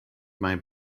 may